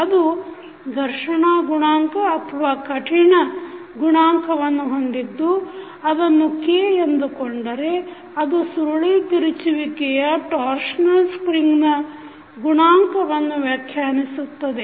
ಅದು ಘರ್ಷಣಾ ಗುಣಾಂಕ ಅಥವಾ ಕಠಿಣ ಗುಣಾಂಕವನ್ನು ಹೊಂದಿದ್ದು ಅದನ್ನು K ಎಂದುಕೊಂಡರೆ ಅದು ಸುರುಳಿ ತಿರುಚುವಿಕೆ ಗುಣಾಂಕವನ್ನು ವ್ಯಾಖ್ಯಾನಿಸುತ್ತದೆ